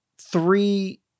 three